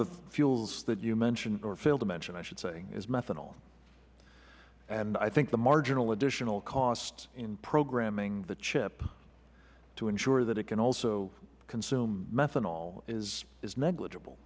the fuels that you mentioned or failed to mention i should say is methanol and i think the marginal additional cost in programming the chip to ensure that it can also consume methanol is negligible